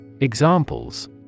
Examples